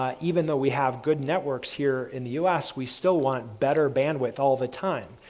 ah even though we have good networks here in the us we still want better bandwidth all the time,